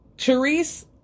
Therese